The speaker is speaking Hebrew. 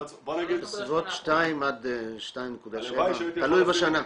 בוא נגיד --- בסביבות 2 עד 2.7, תלוי בשנה.